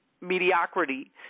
mediocrity